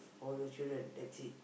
for your children that's it